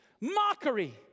mockery